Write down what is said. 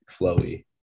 flowy